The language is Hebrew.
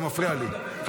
זה מפריע לי.